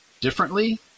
differently